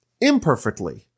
imperfectly